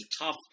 tough